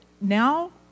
now